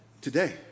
Today